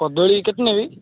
କଦଳୀ କେତେ ନେବି